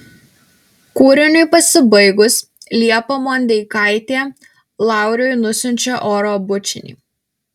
kūriniui pasibaigus liepa mondeikaitė lauriui nusiunčia oro bučinį